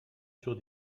sur